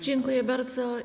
Dziękuję bardzo.